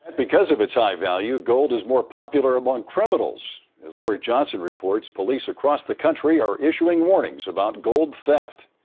because of its high value, gold is more popular among criminals. as lori johnson reports, police across the country are issuing warnings about gold theft.